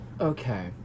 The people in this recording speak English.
Okay